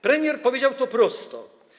Premier powiedział to prosto.